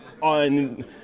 on